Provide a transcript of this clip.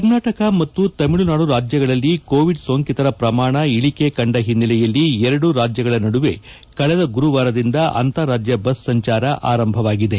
ಕರ್ನಾಟಕ ಮತ್ತು ತಮಿಳುನಾಡು ರಾಜ್ಯಗಳಲ್ಲಿ ಕೋವಿಡ್ ಸೋಂಕಿತರ ಪ್ರಮಾಣ ಇಳಿಕೆ ಕಂಡ ಹಿನ್ನೆಲೆಯಲ್ಲಿ ಎರಡೂ ರಾಜ್ಯಗಳ ನಡುವೆ ಕಳೆದ ಗುರುವಾರದಿಂದ ಅಂತಾರಾಜ್ಞ ಬಸ್ ಸಂಚಾರ ಆರಂವಾಗಿದೆ